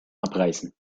abreißen